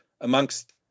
amongst